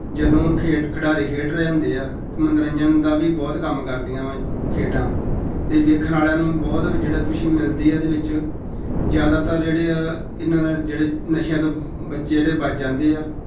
ਜਦੋਂ ਖੇਡ ਖਿਡਾਰੀ ਖੇਡ ਰਹੇ ਹੁੰਦੇ ਆ ਅਤੇ ਮਨੋਰੰਜਨ ਦਾ ਵੀ ਬਹੁਤ ਕੰਮ ਕਰਦੀਆਂ ਵਾ ਖੇਡਾਂ ਅਤੇ ਵੇਖਣ ਵਾਲਿਆਂ ਨੂੰ ਬਹੁਤ ਜਿਹੜਾ ਖੁਸ਼ੀ ਮਿਲਦੀ ਆ ਇਹਦੇ ਵਿੱਚ ਜ਼ਿਆਦਾਤਰ ਜਿਹੜੇ ਆ ਇਹਨਾਂ ਨਾਲ ਜਿਹੜੇ ਨਸ਼ਿਆਂ ਤੋਂ ਬੱਚੇ ਜਿਹੜੇ ਬਚ ਜਾਂਦੇ ਆ